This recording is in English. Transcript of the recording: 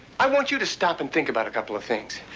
i want you to stop and think about a couple of things.